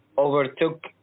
overtook